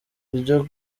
iryo